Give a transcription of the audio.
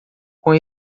com